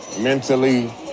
mentally